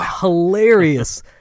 hilarious